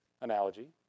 analogy